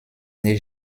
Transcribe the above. née